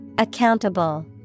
Accountable